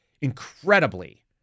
incredibly